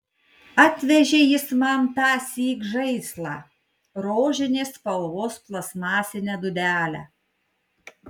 atvežė jis man tąsyk žaislą rožinės spalvos plastmasinę dūdelę